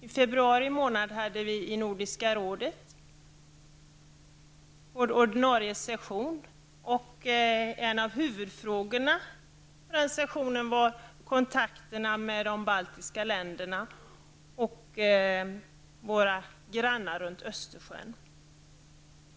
I februari månad hade vi i Nordiska rådet vår ordinarie session. En av huvudfrågorna på den sessionen var kontakterna med de baltiska länderna och våra grannar runt Östersjön.